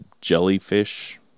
jellyfish